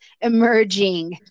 emerging